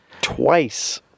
twice